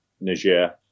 Niger